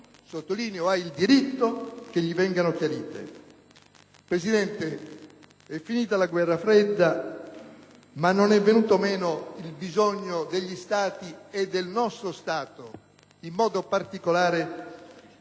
sottolineo, il diritto - che gli vengano chiarite. Signor Presidente, è finita la guerra fredda, ma non è venuto meno il bisogno degli Stati, e del nostro Stato in modo particolare, di